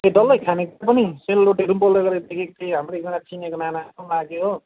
ए डल्लै खानेकुरा पनि सेलरोटीहरू पनि पोल्दै गरेको देखेको थिएँ हाम्रो एकजना चिनेको नाना जस्तो पनि लाग्यो हो